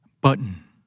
Button